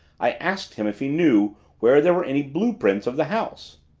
i asked him if he knew where there were any blue-prints of the house.